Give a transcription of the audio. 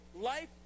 life